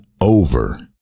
over